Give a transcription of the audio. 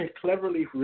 cleverly